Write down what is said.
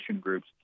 groups